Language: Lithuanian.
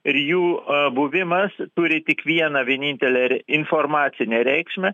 ir jų buvimas turi tik vieną vienintelę informacinę reikšmę